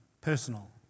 personal